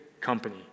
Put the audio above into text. company